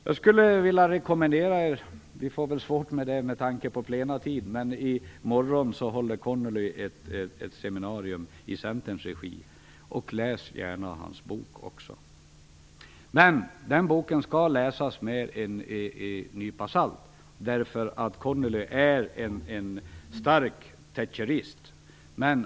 Jag skulle vilja rekommendera er - men det blir väl svårt med tanke på plenitiden - att gå och lyssna på Connollys seminarium i morgon, vilket hålls i Centerns regi. Läs också gärna hans bok! Men boken skall tas med en nypa salt. Connolly är nämligen en stark thatcherist.